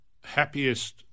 happiest